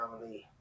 family